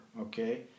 okay